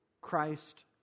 Christ